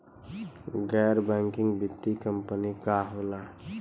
गैर बैकिंग वित्तीय कंपनी का होला?